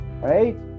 right